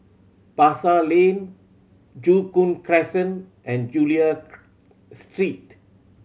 Pasar Lane Joo Koon Crescent and Chulia Street